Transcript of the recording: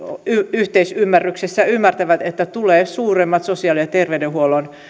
yhteisymmärryksessä ymmärtävät että tulee suuremmat sosiaali ja terveydenhuollon